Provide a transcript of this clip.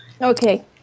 Okay